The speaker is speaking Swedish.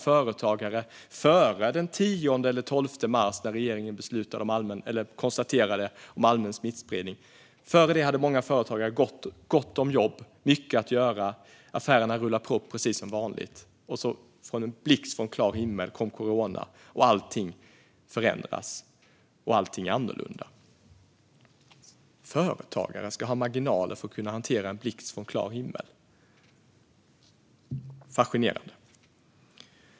Före den 10 eller 12 mars, när regeringen konstaterade allmän smittspridning, hade många företagare gott om jobb och mycket att göra. Affärerna rullade på precis som vanligt. Som en blixt från klar himmel kom corona, och allting förändrades och blev annorlunda. Företagare ska ha marginaler för att kunna hantera en blixt från klar himmel - fascinerande.